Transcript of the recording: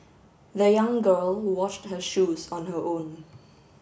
the young girl washed her shoes on her own